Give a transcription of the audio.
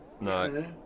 No